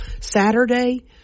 Saturday